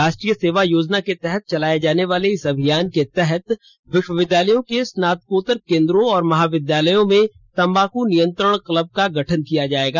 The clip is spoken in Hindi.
राष्ट्रीय सेवा योजना के तहत चलाए जाने वाले इस अभियान के तहत विश्वविद्यालयों के स्नातकोत्तर केंद्रों और महाविद्यालयों में तंबाक् नियंत्रण क्लब का गठन किया जाएगा